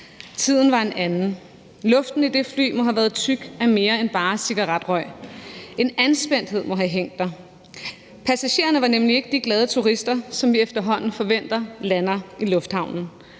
Tiden var en anden, og luften i det fly må have været tyk af mere end bare cigaretrøg; en anspændthed må have hængt der. Passagererne var nemlig ikke de glade turister, som vi efterhånden forventer lander i lufthavnen,